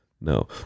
No